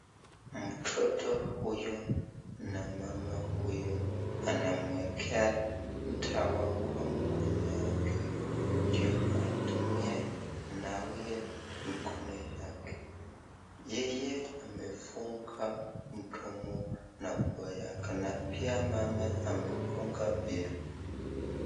Mtoto huyu na mama huyu anamwekea dawa kwa mkono yake, ndio atumie kunawia mkono yake. Yeye amefunga mdomo wake na pia mama amefunga pia.